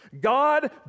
God